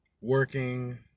Working